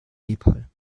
nepal